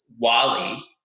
Wally